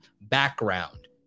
background